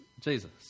Jesus